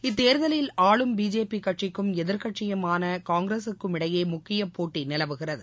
இத்தேர்தலில் ஆளும் பிஜேபி கட்சிக்கும் எதிர்க்கட்சியான காங்கிரசுக்கும் இடையே முக்கிய போட்டி நிலவுகிறது